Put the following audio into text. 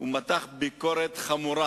הוא מתח ביקורת חמורה